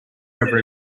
over